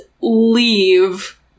leave